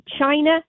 China